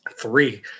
Three